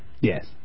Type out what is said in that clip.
Yes